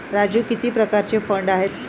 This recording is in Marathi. राजू किती प्रकारचे फंड आहेत?